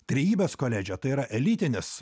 trejybės koledže tai yra elitinis